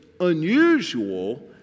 unusual